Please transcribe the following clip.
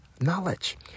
knowledge